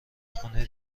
خونه